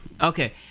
Okay